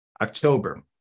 October